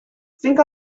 think